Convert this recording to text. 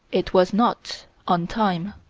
it was not on time.